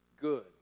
good